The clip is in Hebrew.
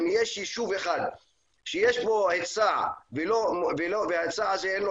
אם יש יישוב אחד שיש בו היצע וההיצע הזה אין לו